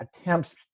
attempts